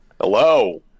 Hello